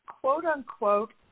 quote-unquote